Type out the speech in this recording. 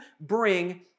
bring